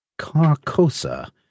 Carcosa